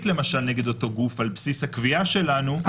למשל נגד אותו גוף על בסיס הקביעה שלנו,